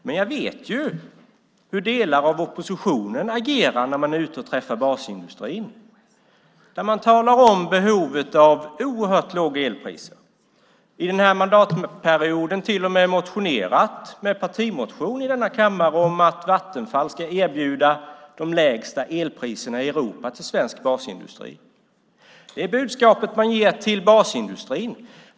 Men jag vet hur delar av oppositionen agerar när de är ute och träffar basindustrin. Man talar om behovet av oerhört låga elpriser. Under denna mandatperiod har de till och med väckt en partimotion i denna kammare om att Vattenfall ska erbjuda den svenska basindustrin de lägsta elpriserna i Europa. Det är det budskapet som ges till basindustrin.